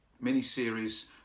mini-series